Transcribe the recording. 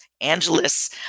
Angeles